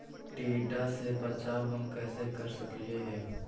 टीडा से बचाव हम कैसे कर सकली हे?